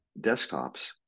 desktops